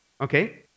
okay